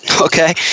Okay